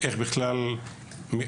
מי